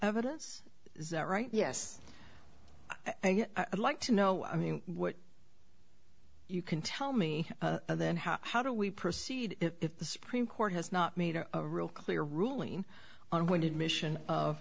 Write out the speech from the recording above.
evidence is that right yes i'd like to know i mean what you can tell me then how how do we proceed if the supreme court has not made a real clear ruling on winded mission of